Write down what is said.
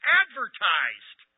advertised